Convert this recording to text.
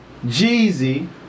Jeezy